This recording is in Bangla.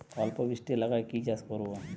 অল্প বৃষ্টি এলাকায় কি চাষ করব?